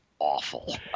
awful